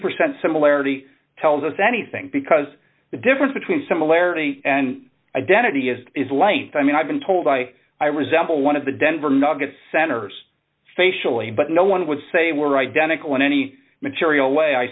percent similarity tells us anything because the difference between similarity and identity is is light i mean i've been told i i resemble one of the denver nuggets centers facially but no one would say were identical in any material way i